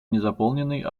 незаполненной